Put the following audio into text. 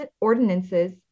ordinances